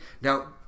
Now